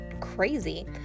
crazy